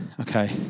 okay